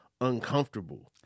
uncomfortable